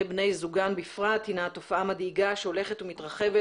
בני זוגן בפרט הינה תופעה מדאיגה שהולכת ומתרחבת,